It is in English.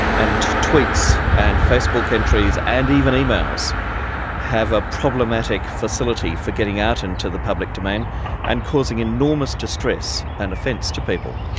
and tweets and facebook entries and even emails have a problematic facility for getting out into the public domain and causing enormous distress and offense to people.